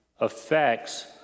affects